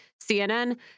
CNN